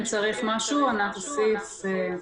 אם צריך משהו אנחנו נוכל להוסיף.